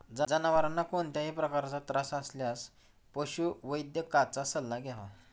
जनावरांना कोणत्याही प्रकारचा त्रास असल्यास पशुवैद्यकाचा सल्ला घ्यावा